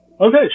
Okay